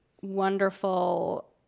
Wonderful